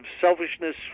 selfishness